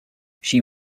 she